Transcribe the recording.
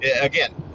Again